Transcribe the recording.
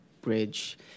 bridge